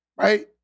right